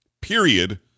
Period